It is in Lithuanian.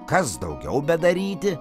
kas daugiau bedaryti